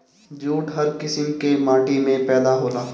jute हर किसिम के माटी में पैदा होला